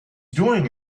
doing